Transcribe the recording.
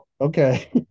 Okay